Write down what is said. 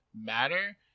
matter